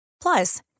Plus